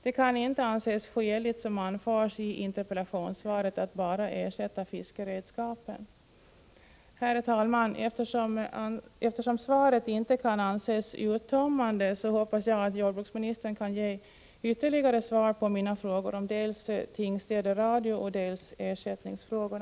Det kan inte anses skäligt, som anförs i interpellationssvaret, att bara ersätta fiskeredskapen. Herr talman! Eftersom svaret inte kan anses uttömmande hoppas jag att jordbruksministern kan ge ytterligare svar på mina frågor om dels Tingstäde Radio, dels ersättningen.